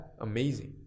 amazing